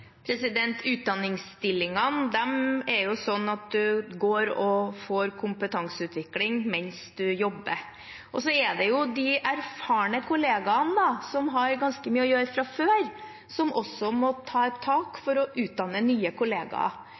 Utdanningsstillingene er sånn at man går og får kompetanseutvikling mens man jobber. Så er det jo de erfarne kollegaene, som har ganske mye å gjøre fra før, som også må ta et tak for å utdanne nye kollegaer.